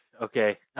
Okay